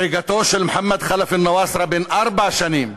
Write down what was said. הריגתו של מוחמד ח'לף אלנואסרה, בן ארבע שנים,